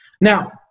Now